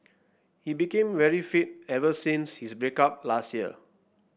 he became very fit ever since his break up last year